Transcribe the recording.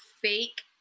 fake